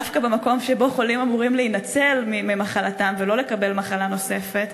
דווקא במקום שבו חולים אמורים להינצל ממחלתם ולא לקבל מחלה נוספת,